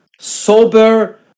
sober